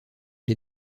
les